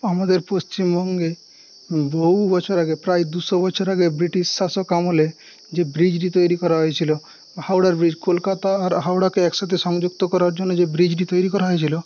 আমাদের পশ্চিমবঙ্গে বহু বছর আগে প্রায় দুশো বছর আগে ব্রিটিশ শাসক আমলে যে ব্রিজটি তৈরি করা হয়েছিল হাওড়া ব্রিজ কলকাতা আর হাওড়াকে একসাথে সংযুক্ত করার জন্য যে ব্রিজটি তৈরি করা হয়েছিল